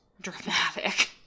dramatic